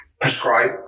prescribe